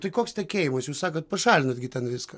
tai koks tekėjimas jūs sakot pašalinat gi ten viską